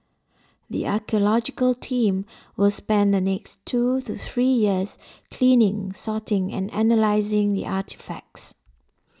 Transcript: the archaeological team will spend the next two to three years cleaning sorting and analysing the artefacts